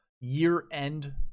year-end